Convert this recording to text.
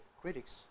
critics